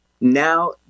now